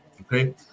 okay